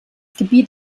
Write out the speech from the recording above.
gebiet